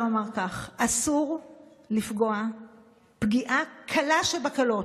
כך: אסור לפגוע פגיעה קלה שבקלות,